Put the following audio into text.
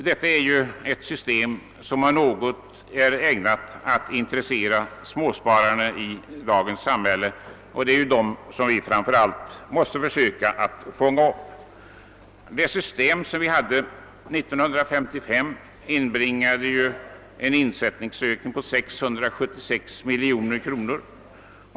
Detta är ett system som om något är ägnat att intressera småspararna i dagens samhälle, och det är ju framför allt dem vi måste försöka komma åt. Det system som tillämpades 1955 medförde en insättningsökning av 676 miljoner kronor.